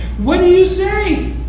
what do you say?